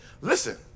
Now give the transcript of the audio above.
listen